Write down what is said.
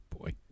boy